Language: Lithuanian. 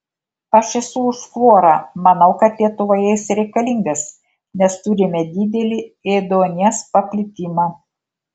aš esu už fluorą manau kad lietuvoje jis reikalingas nes turime didelį ėduonies paplitimą